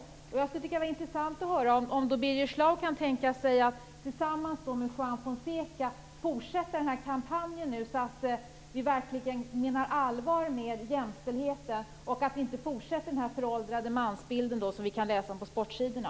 Jag tycker att det skulle vara intressant att höra om Birger Schlaug kan tänka sig att tillsammans med Juan Fonseca fortsätta den här kampanjen, så att vi verkligen visar att vi menar allvar med jämställdheten och inte fortsätter med den föråldrade mansbild som vi kan läsa om på sportsidorna.